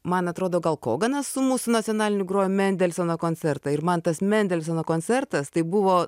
man atrodo gal koganas su mūsų nacionaliniu grojo mendelsono koncertą ir man tas mendelsono koncertas tai buvo